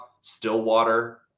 Stillwater